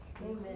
Amen